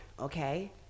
Okay